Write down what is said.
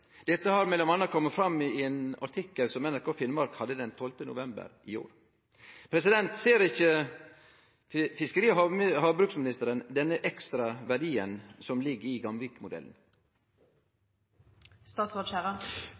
Dette har m.a. kome fram i ein artikkel som NRK Finnmark hadde den 12. november i år. Ser ikkje fiskeri- og havministeren den ekstra verdien som ligg i